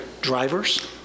drivers